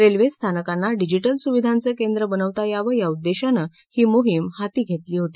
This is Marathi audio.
रेल्वे स्थानंकांना डिजीटल सुविधांचं केंद्र बनवता यावं या उद्देशानं ही मोहीम हाती घेतली होती